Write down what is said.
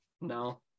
no